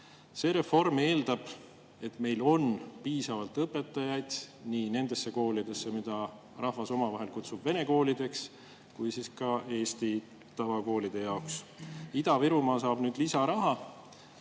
See reform eeldab, et meil on piisavalt õpetajaid nii nendesse koolidesse, mida rahvas omavahel kutsub vene koolideks, kui ka eesti tavakoolide jaoks. Ida-Virumaa saab nüüd lisaraha,